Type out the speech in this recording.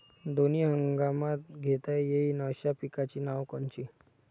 दोनी हंगामात घेता येईन अशा पिकाइची नावं कोनची?